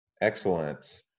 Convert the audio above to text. Excellent